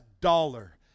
dollar